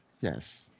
Yes